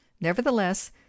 nevertheless